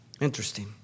Interesting